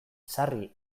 sarri